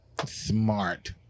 smart